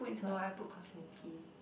no I put Kozminski